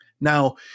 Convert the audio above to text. Now